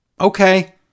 okay